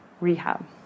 rehab